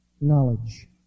knowledge